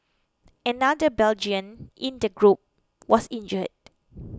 another Belgian in the group was injured